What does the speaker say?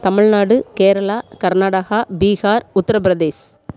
Tamil Nadu Kerala Karnataka Bihar Uttar Pradesh